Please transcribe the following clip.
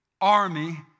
army